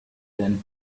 then